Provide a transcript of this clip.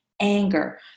anger